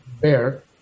bear